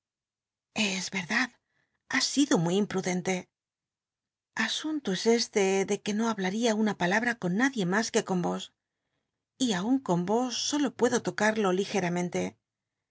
s rcrdad ha siúo muy imprudente asunt o es este de qtre no hablaría una palabra con nadie mas que con os y aun con os solo puedo tocarlo